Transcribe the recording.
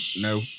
no